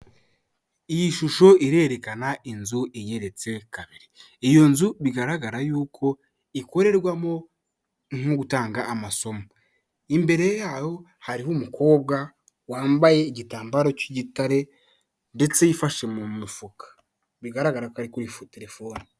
Iyi shusho irerekana inzu igeretse kabiri. Iyo nzu bigaragara yuko ikorerwamo; nko gutanga amasomo. Imbere yaho hariho umukobwa wambaye igitambaro cy'igitare ndetse yifashe mu mufuka, bigaragara ko ari kuri terefone.